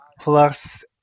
plus